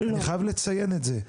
אני חייב לציין את זה.